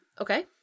Okay